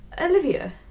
Olivia